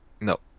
No